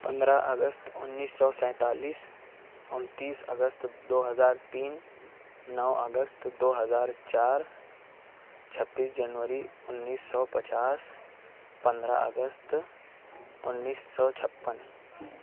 پندر اگست اُنیس سو سینتالیس اُنتیس اگست دو ہزار تین نو اگست دو ہزار چار چھبیس جنوری اُنیس سو پچاس پندرہ اگست اُنیس سو چھپن